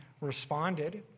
responded